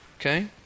okay